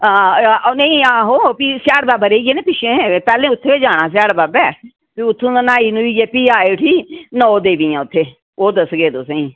हां नेईं आहो फ्ही स्याड़ बाबा रेही गे ना पिच्छै पैह्लैं उत्थैं गै जाना स्याढ़ बाबै फ्ही उत्थुं दा न्हाई नुहियै फ्ही आ उठी ऐ नौ देवियां उत्थै ओह् दस्सगे तुसेंगी